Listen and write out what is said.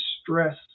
stress